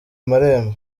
amarembo